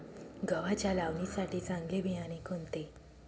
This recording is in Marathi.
गव्हाच्या लावणीसाठी चांगले बियाणे कोणते?